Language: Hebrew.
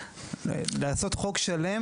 לעשות חוק שלם,